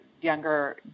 younger